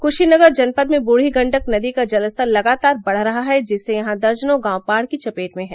कुशीनगर जनपद में बुढ़ी गंडक नदी का जलस्तर लगातार बढ़ रहा है जिससे यहां दर्जनों गांव बाढ़ की चपेट में हैं